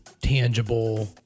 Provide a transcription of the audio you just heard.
tangible